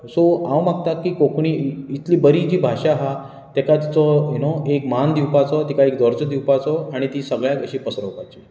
so हांव मागता की कोंकणी इतली बरी जी भाशा आहा तेका तिचो यु नो एक मान दिवपाचो तिका एक दर्जो दिवपाचो आनी ती सगळ्याक अशी पसरोवपाची